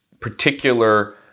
Particular